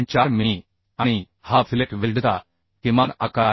4 मिमी आणि हा फिलेट वेल्डचा किमान आकार आहे